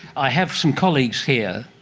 i have some colleagues here.